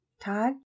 Todd